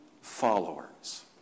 followers